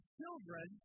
children